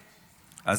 לא, לא נכון.